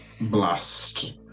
blast